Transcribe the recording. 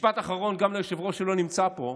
משפט אחרון, גם ליושב-ראש, שלא נמצא פה.